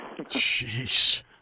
Jeez